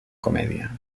comèdia